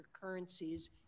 currencies